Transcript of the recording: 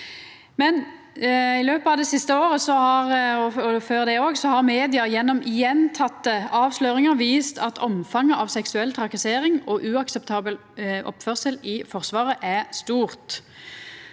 i løpet av det siste året, og før det òg, har media gjennom gjentekne avsløringar vist at omfanget av seksuell trakassering og uakseptabel oppførsel i Forsvaret er stort.